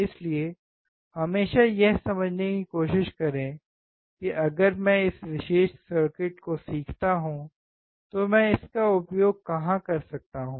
इसलिए हमेशा यह समझने की कोशिश करें कि अगर मैं इस विशेष सर्किट को सीखता हूं तो मैं इसका उपयोग कहां कर सकता हूं